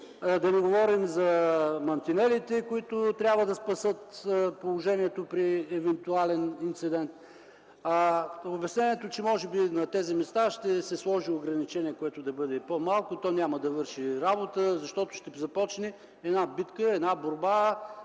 да не говорим за мантинелите, които трябва да спасят положението при евентуален инцидент. Обяснението, че може би на тези места ще се сложи ограничение, което да бъде по-малко, няма да върши работа, защото ще започне една битка, една борба